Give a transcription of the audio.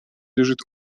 лежит